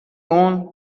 اون